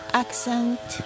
accent